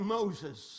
Moses